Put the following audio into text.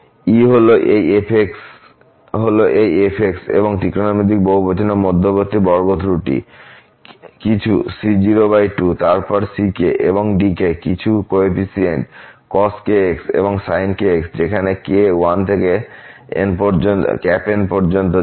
E হল এই f এবং ত্রিকোণমিতিক বহুবচনের মধ্যবর্তী বর্গ ত্রুটি কিছু c02 তারপর ck এবং dk কিছু কোফিসিয়েন্ট cos kx এবং sin kx যেখানে k 1 থেকে N পর্যন্ত যায়